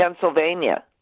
Pennsylvania